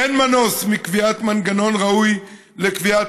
אין מנוס מקביעת מנגנון ראוי לקביעת